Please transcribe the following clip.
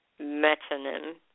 Metonym